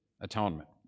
atonement